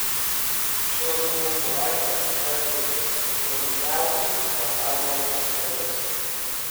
šio smūgio aidas pasiekė tolimiausius pasaulio kampelius